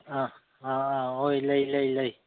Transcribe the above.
ꯑꯥ ꯑꯥ ꯑꯥ ꯍꯣꯏ ꯂꯩ ꯂꯩ ꯂꯩ